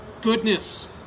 goodness